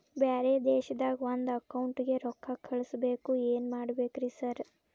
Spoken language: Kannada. ಬ್ಯಾರೆ ದೇಶದಾಗ ಒಂದ್ ಅಕೌಂಟ್ ಗೆ ರೊಕ್ಕಾ ಕಳ್ಸ್ ಬೇಕು ಏನ್ ಮಾಡ್ಬೇಕ್ರಿ ಸರ್?